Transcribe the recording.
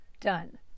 done